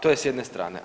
To je s jedne strane.